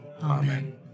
Amen